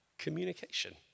communication